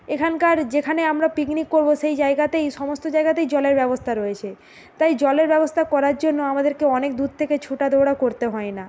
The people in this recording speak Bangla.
এখানকার যেখানে আমরা পিকনিক করব সেই জায়গাতেই সমস্ত জায়গাতেই জলের ব্যবস্থা রয়েছে তাই জলের ব্যবস্থা করার জন্য আমাদেরকে অনেক দূর থেকে ছোটাদৌড়া করতে হয় না